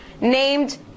named